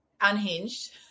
unhinged